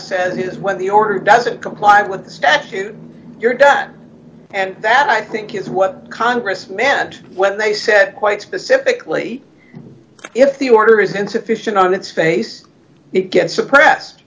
says is when the order doesn't comply with the statute you're done and that i think is what congress meant when they said quite specifically if the order is insufficient on its face it gets suppressed